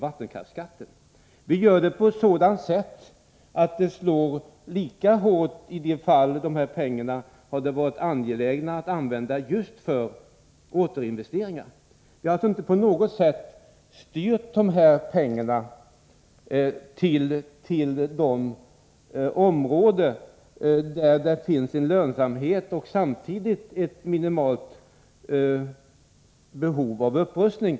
Vi gör det på ett sådant sätt att det slår lika hårt i de fall där det hade varit angeläget att använda dessa pengar just för återinvesteringar. Vi har alltså inte på något sätt styrt dessa pengar till de områden där det finns lönsamhet och där det samtidigt finns ett minimalt behov av upprustning.